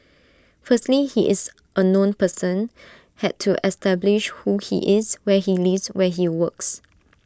firstly he is A known person had to establish who he is where he lives where he works